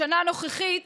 השנה הנוכחית